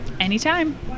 Anytime